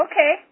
Okay